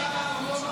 להעביר